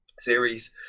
series